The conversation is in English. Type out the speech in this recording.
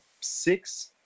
six